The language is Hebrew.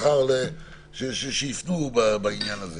למקרה שיפנו בעניין הזה